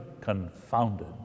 confounded